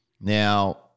Now